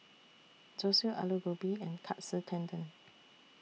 Zosui Alu Gobi and Katsu Tendon